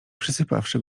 przysypawszy